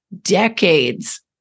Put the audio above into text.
decades